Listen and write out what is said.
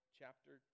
chapter